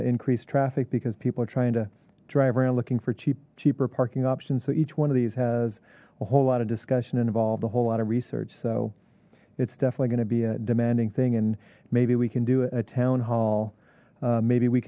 to increase traffic because people are trying to drive around looking for cheap cheaper parking options so each one of these has a whole lot of discussion involved a whole lot of research so it's definitely going to be a demanding thing and maybe we can do a town hall maybe we